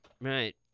Right